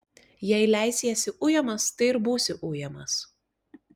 jei leisiesi ujamas tai ir būsi ujamas